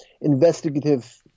investigative